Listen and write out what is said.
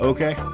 Okay